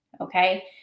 okay